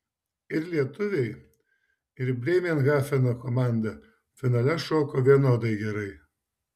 ir lietuviai ir brėmerhafeno komanda finale šoko vienodai gerai